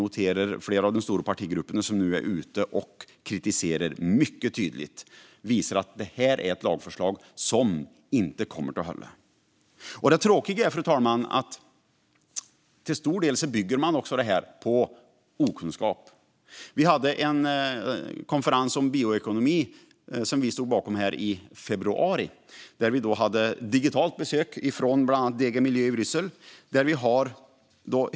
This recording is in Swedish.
Och flera av de stora partigrupperna kritiserar det nu mycket tydligt och visar att det inte kommer att hålla. Fru talman! Det tråkiga är att det till stor del bygger på okunskap. I februari stod vi bakom en konferens om bioekonomi där vi fick digitalt besök av bland annat generaldirektoratet för miljö i Bryssel.